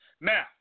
Now